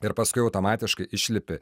ir paskui automatiškai išlipi